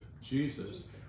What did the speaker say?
Jesus